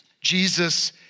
Jesus